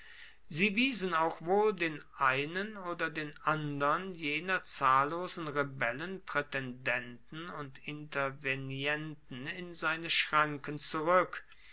sie wiesen auch wohl den einen oder den andern jener zahllosen rebellen prätendenten und intervenienten in seine schranken zurück